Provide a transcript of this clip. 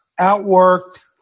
outworked